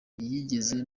yigeze